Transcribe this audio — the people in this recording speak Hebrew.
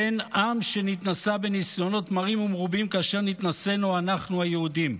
ואין עם שנתנסה בניסיונות מרים ומרובים כאשר נתנסינו אנחנו היהודים.